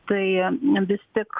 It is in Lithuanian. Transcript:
tai vis tik